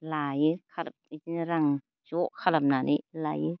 लायो इदिनो रां ज' खालामनानै लायो